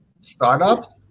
startups